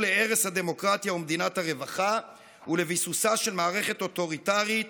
להרס הדמוקרטיה ומדינת הרווחה ולביסוסה של מערכת אוטוריטרית